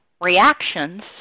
reactions